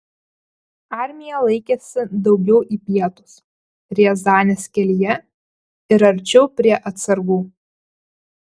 armija laikėsi daugiau į pietus riazanės kelyje ir arčiau prie atsargų